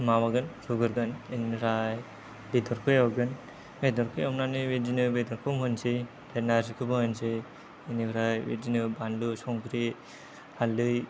माबागोन सुग्रोगोन बिनिफ्राय बेदरखौ एवगोन बेदरखौ एवनानै बिदिनो बेदरखौ होनोसै ओमफ्राय नारजिखौबो होनोसै बिनिफ्राय बिदिनो बानलु संख्रि हालदै